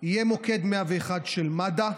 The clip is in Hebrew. יהיה מוקד 101 של מד"א.